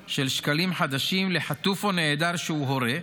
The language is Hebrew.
8,973.03 שקלים חדשים לחטוף או לנעדר שהוא הורה,